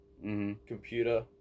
computer